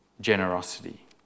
generosity